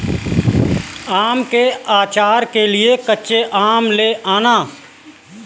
आम के आचार के लिए कच्चे आम ले आना